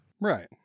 Right